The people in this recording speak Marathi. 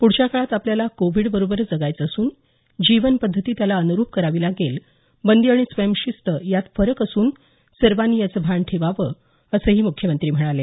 पुढच्या काळात आपल्याला कोविडबरोबरच जगायचं असून जीवनपद्धती त्याला अनुरूप करावी लागेल बंदी आणि स्वयंशिस्त यात फरक असून सर्वांनी याचं भान ठेवावं असंही मुख्यमंत्री म्हणाले